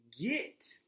get